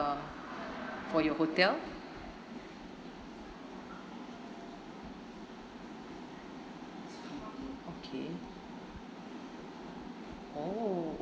uh for your hotel okay oh